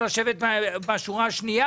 כמו שהיושב-ראש הציג,